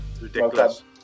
Ridiculous